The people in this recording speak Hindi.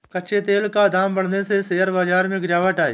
कच्चे तेल का दाम बढ़ने से शेयर बाजार में गिरावट आई